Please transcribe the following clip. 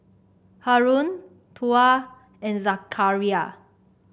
Haron Tuah and Zakaria